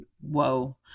whoa